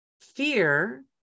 fear